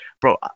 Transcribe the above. bro